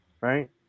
right